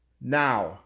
now